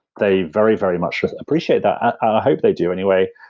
they very, very much appreciate that. i hope they do anyway.